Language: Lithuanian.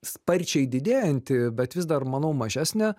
sparčiai didėjanti bet vis dar manau mažesnė